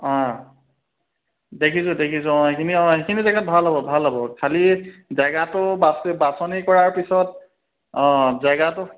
অঁ দেখিছোঁ দেখিছোঁ অঁ সেইখিনি অঁ সেইখিনি জেগাত ভাল হ'ব ভাল হ'ব খালী জেগাটো বাচি বাচনি কৰাৰ পিছত অঁ জেগাটো